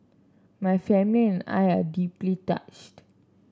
my family and I are deeply touched